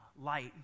light